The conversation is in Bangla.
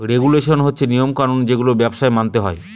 রেগুলেশন হচ্ছে নিয়ম কানুন যেগুলো ব্যবসায় মানতে হয়